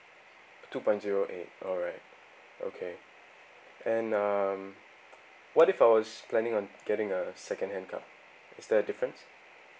two point zero eight alright okay and um what if I was planning on getting a second hand car is there a difference